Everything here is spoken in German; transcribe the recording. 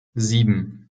sieben